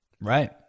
Right